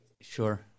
Sure